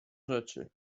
rzeczy